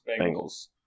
Bengals